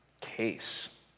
case